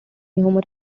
humorous